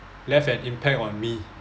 left an impact on me